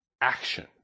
action